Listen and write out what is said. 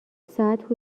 ساعت